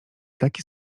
taki